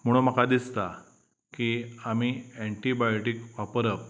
म्हूण म्हाका दिसता की आमी एनटीबायोटीक वापरप